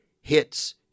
hits